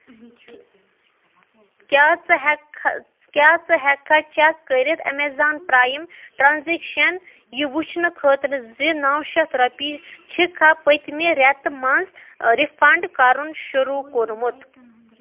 کیٛاہ ژٕ ہٮ۪کھا کیٛاہ ژٕ ہٮ۪کھا چٮ۪ک کٔرِتھ ایٚمیزان پرٛایِم ٹرانزیکشن یہِ وٕچھنہٕ خٲطرٕ زِ نو شیٚتھ رۄپیہِ چھِکھا پٔتمہِ رٮ۪تہٕ منٛز رِفنڑ کرُن شروٗع کوٚرمُت؟